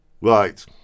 Right